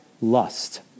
lust